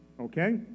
okay